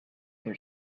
they